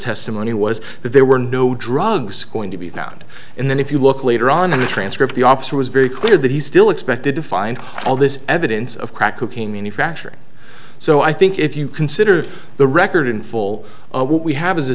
testimony was that there were no drugs going to be found and then if you look later on in the transcript the officer was very clear that he still expected to find all this evidence of crack cocaine manufacturing so i think if you consider the record in full what we have is a